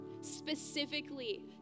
specifically